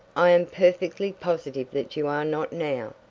i am perfectly positive that you are not now,